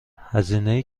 هزینه